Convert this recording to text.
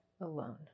alone